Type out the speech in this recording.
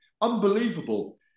unbelievable